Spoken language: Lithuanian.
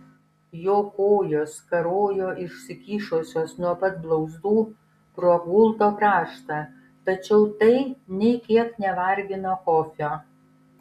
jo kojos karojo išsikišusios nuo pat blauzdų pro gulto kraštą tačiau tai nė kiek nevargino kofio